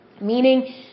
meaning